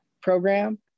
program